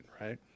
right